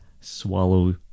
swallow